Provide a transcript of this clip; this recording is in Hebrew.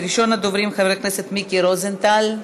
ראשון הדוברים, חבר הכנסת מיקי רוזנטל,